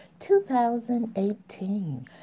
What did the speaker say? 2018